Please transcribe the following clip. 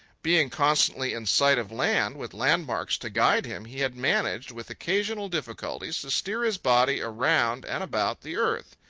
being constantly in sight of land, with landmarks to guide him, he had managed, with occasional difficulties, to steer his body around and about the earth.